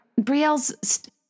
Brielle's